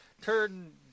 turn